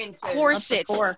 corsets